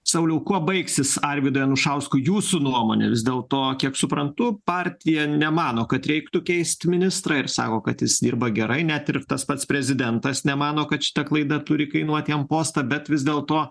sauliau kuo baigsis arvydui anušauskui jūsų nuomone vis dėlto kiek suprantu partija nemano kad reiktų keisti ministrą ir sako kad jis dirba gerai net ir tas pats prezidentas nemano kad šita klaida turi kainuoti jam postą bet vis dėlto